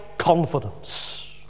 confidence